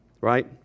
right